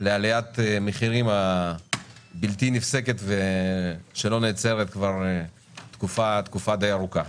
לעליית המחירים הבלתי נפסקת שלא נעצרת כבר תקופה די ארוכה.